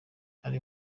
ari